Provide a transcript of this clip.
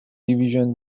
division